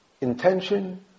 intention